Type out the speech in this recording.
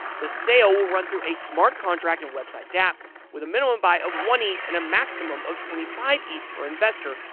the sale will run through a smart contract and website dapp with a minimum buy of one eth and a maximum of twenty five eth per investor,